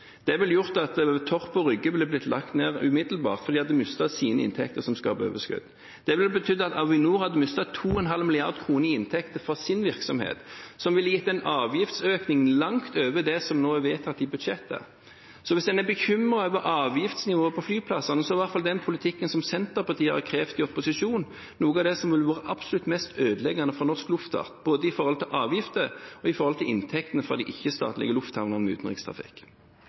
Det ville gjort at Torp og Rygge ville blitt lagt ned umiddelbart fordi de hadde mistet sine inntekter – som skaper overskudd. Det ville betydd at Avinor hadde mistet 2,5 mrd. kr i inntekter fra sin virksomhet som ville gitt en avgiftsøkning langt over det som nå er vedtatt i budsjettet. Så hvis en er bekymret over avgiftsnivået på flyplassene, er i hvert fall den politikken som Senterpartiet har krevd i opposisjon, noe av det som ville vært aller mest ødeleggende for norsk luftfart både sett i forhold til avgifter og inntekter fra de ikke-statlige lufthavnene med utenrikstrafikk.